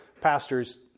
pastors